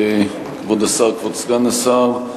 כבוד סגן השר,